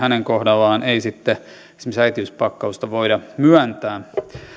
kohdalla ei sitten esimerkiksi äitiyspakkausta voida myöntää